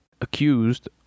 accused